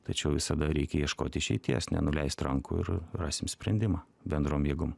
tačiau visada reikia ieškoti išeities nenuleist rankų ir rasim sprendimą bendrom jėgom